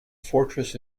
fortress